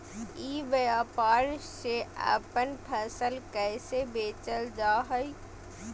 ई व्यापार से अपन फसल कैसे बेचल जा हाय?